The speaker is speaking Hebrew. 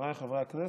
חבריי חברי הכנסת,